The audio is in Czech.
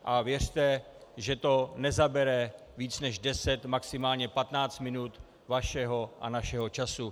A věřte, že to nezabere víc než 10, maximálně 15 minut vašeho a našeho času.